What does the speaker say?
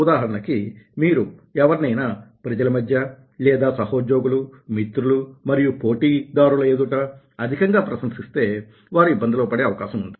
ఉదాహరణకి మీరు ఎవరినైనా ప్రజల మధ్య లేదా సహోద్యోగులు మిత్రులు మరియు పోటీదారుల ఎదుట అధికంగా ప్రశంసిస్తే వారు ఇబ్బందిలో పడే అవకాశం ఉంది